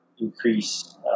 increase